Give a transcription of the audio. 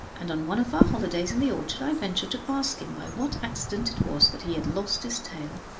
and on one of our holidays in the orchard i ventured to ask him by what accident it was that he had lost his tail.